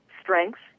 strengths